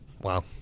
Wow